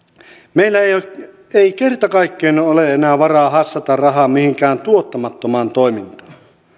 meillä ei kerta kaikkiaan ole ole enää varaa hassata rahaa mihinkään tuottamattomaan toimintaan